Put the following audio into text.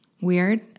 weird